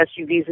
SUVs